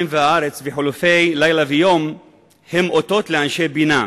והארץ וחילופי לילה ויום הם אותות לאנשי בינה.